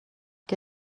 què